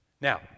Now